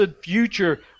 future